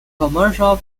commercial